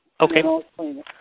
Okay